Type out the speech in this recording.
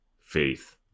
Faith